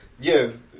Yes